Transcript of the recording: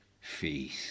faith